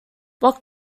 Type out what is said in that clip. what